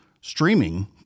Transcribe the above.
streaming